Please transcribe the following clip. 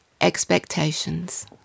expectations